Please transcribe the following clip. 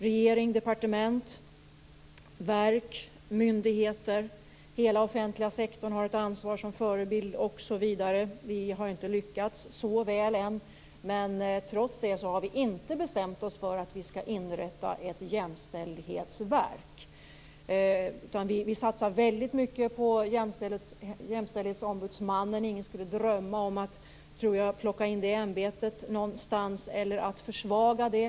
Regering, departement, verk, myndigheter och hela den offentliga sektorn sägs ha ett ansvar som förebild osv. Vi har inte lyckats så väl än, men trots det har vi inte bestämt oss för att inrätta ett jämställdhetsverk. Vi satsar i stället väldigt mycket på Jämställdhetsombudsmannen. Jag tror att ingen skulle drömma om att plocka in det ämbetet någonstans eller försvaga det.